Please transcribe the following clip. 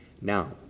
Now